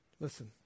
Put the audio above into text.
Listen